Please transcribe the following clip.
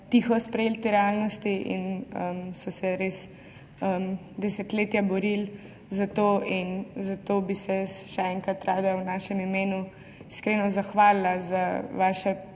tiho sprejeli te realnosti in so se res desetletja borili za to. Zato bi se jaz še enkrat rada v našem imenu iskreno zahvalila za vaša